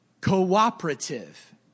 cooperative